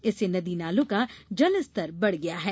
इससे नदी नालों का जल स्तर बड़ गया है